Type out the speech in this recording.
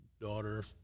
daughter